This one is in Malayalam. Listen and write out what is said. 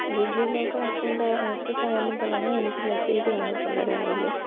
ഡിജി ലോക്കർ അക്കൗണ്ട് ആക്സസ്സായെന്നു പറഞ്ഞാൽ എനിക്ക് മെസ്സേജ് വന്നിട്ടുള്ള രാവിലെ